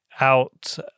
out